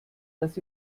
dass